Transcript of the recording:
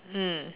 mm